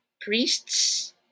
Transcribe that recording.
priests